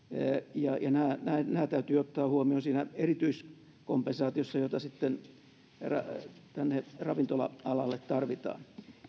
ja nämä täytyy ottaa huomioon siinä erityiskompensaatiossa jota sitten tälle ravintola alalle tarvitaan